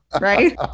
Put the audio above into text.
Right